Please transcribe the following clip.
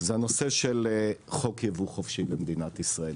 זה הנושא של חוק ייבוא חופשי במדינת ישראל.